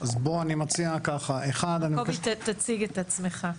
תציג את עצמך.